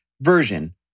version